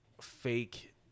fake